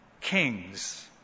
kings